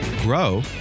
grow